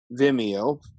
Vimeo